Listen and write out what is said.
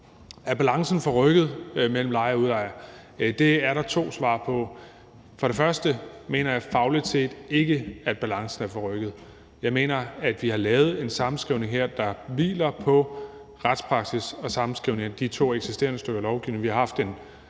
Har balancen forrykket sig mellem lejer og udlejer? Det er der flere svar på. Først og fremmest mener jeg fagligt set ikke, at balancen har forrykket sig. Jeg mener, at vi har lavet en sammenskrivning her, der hviler på retspraksis, altså sammenskrivningen af de to eksisterende stykker lovgivning. Vi har haft en